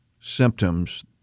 symptoms